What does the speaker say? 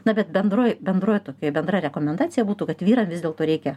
na bet bendroj bendroj tokioj bendra rekomendacija būtų kad vyrą vis dėlto reikia